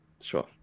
Sure